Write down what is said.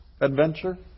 adventure